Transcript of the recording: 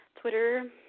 Twitter